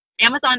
Amazon